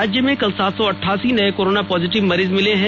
राज्य में कल सात सौ अठासी नए कोरोना पॉजिटिव मरीज मिले हैं